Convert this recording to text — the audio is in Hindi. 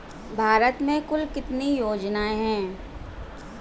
भारत में कुल कितनी योजनाएं हैं?